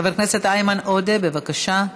חבר הכנסת איימן עודה, בבקשה.